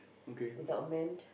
without men